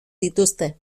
dituzte